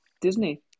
Disney